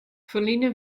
ferline